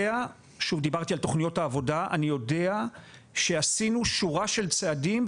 דיברתי על תכניות העבודה ואני יודע שעשינו שורה של צעדים,